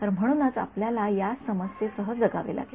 तर म्हणूनच आपल्याला या समस्येसह जगावे लागेल